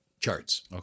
charts